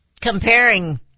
Comparing